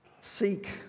seek